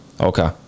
okay